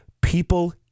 people